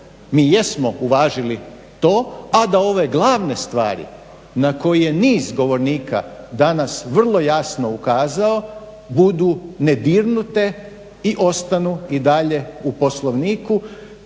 mi jesmo uvažili to, a da ove glavne stvari na koje je niz govornika danas vrlo jasno ukazalo budu nedirnute i ostanu i dalje u Poslovniku